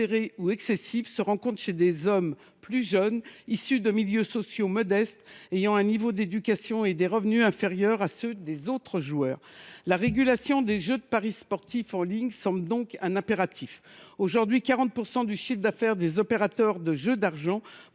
ou excessifs se rencontrent chez des hommes plus jeunes, issus de milieux sociaux modestes, ayant un niveau d’éducation et des revenus inférieurs à ceux des autres joueurs ». La régulation des jeux et des paris sportifs en ligne semble donc un impératif. Aujourd’hui, 40 % du chiffre d’affaires des opérateurs de jeux d’argent